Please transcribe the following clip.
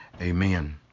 amen